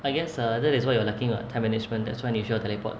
I guess uh that is what you are looking [what] time management that's why 你需要 teleport